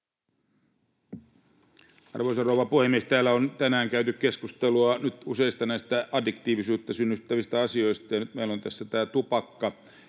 Arvoisa rouva puhemies! Täällä on tänään käyty keskustelua useista addiktiivisuutta synnyttävistä asioista, ja nyt meillä on tässä esillä tupakka